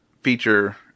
feature